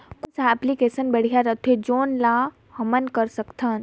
कौन सा एप्लिकेशन बढ़िया रथे जोन ल हमन कर सकथन?